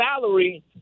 salary